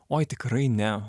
oi tikrai ne